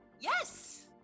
Yes